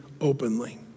openly